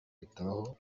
bitabaho